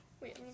Wait